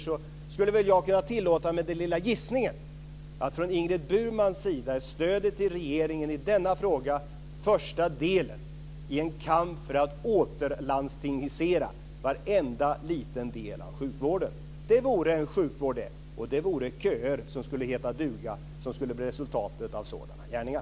Jag skulle kunna tillåta mig den lilla gissningen att stödet till regeringen i denna fråga från Ingrid Burmans sida är första delen i en kamp för att "återlandstingisera" varenda liten del av sjukvården. Det vore en sjukvård, det. Köer som skulle heta duga skulle bli resultatet av sådana gärningar.